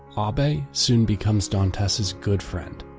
abbe soon becomes dantes's good friend.